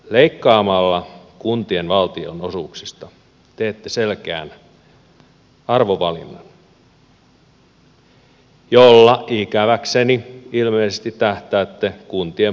leikkaamalla kuntien valtionosuuksista teette selkeän arvovalinnan jolla ikäväkseni ilmeisesti tähtäätte kuntien pakkoliitoksiin